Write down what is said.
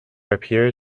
appear